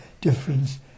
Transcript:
difference